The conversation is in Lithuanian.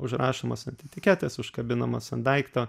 užrašomos ant etiketės užkabinamos ant daikto